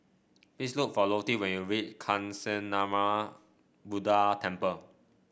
please look for Lottie when you reach Kancanarama Buddha Temple